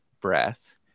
breath